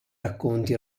racconti